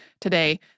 today